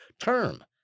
term